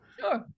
Sure